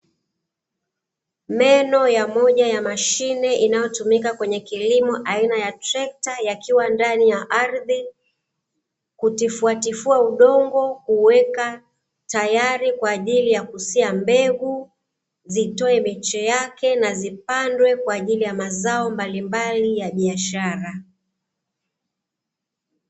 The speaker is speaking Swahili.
Meno ya moja ya mashine inayotumika kwenye kilimo aina ya trekta yakiwa ndani ya ardhi, kutifuatifua udongo kuuweka tayari kwaajili ya kusia mbegu zitoe miche yake na zipandwe kwaajili ya mazao mbalimbali ya biashara.